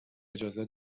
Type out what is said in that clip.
اجازه